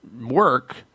work